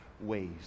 ways